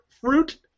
fruit